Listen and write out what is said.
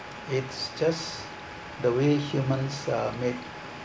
it's just the way humans are made